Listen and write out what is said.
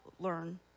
learn